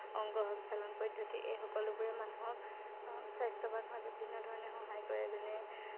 অংগ সঞ্চালন পদ্ধতি এই সকলোবোৰে মানুহক স্বাস্থ্যৱান হোৱাত বিভিন্ন ধৰণে সহায় কৰে যেনে